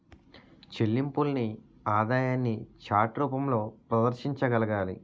చెల్లింపుల్ని ఆదాయాన్ని చార్ట్ రూపంలో ప్రదర్శించగలగాలి